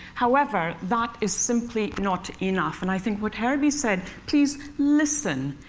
however, that is simply not enough. and i think what herbie said please listen,